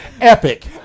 Epic